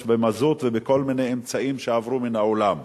במזוט ובכל מיני אמצעים שעברו מן העולם.